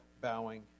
bowing